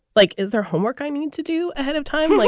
like, is there homework i need to do ahead of time? like